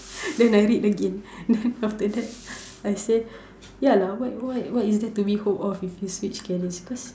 then I read again then after that I say ya lah what what what is there to be hope of if you switch careers because